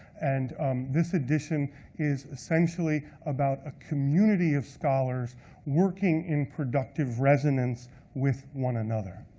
and this edition is essentially about a community of scholars working in productive resonance with one another.